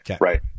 Right